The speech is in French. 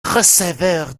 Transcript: receveur